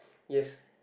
yes